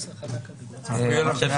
לדעתי,